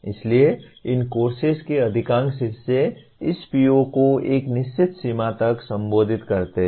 इसलिए इन कोर्सेस के अधिकांश हिस्से इस PO को एक निश्चित सीमा तक संबोधित करते हैं